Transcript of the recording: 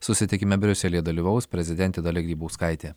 susitikime briuselyje dalyvaus prezidentė dalia grybauskaitė